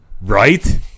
Right